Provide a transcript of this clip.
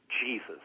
Jesus